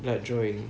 blood drawing